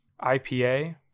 IPA